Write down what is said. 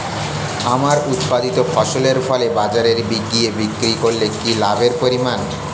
আমার উৎপাদিত ফসল ফলে বাজারে গিয়ে বিক্রি করলে কি লাভের পরিমাণ?